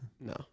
No